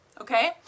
okay